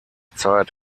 zeit